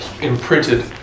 imprinted